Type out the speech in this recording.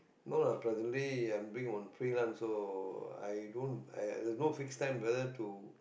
no lah plus the day I'm doing on freelance work uh i don't I I there's no fixed time whether to